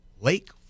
Lake